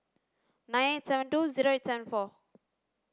nine eight seven two zero eight seven four